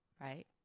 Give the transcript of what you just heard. right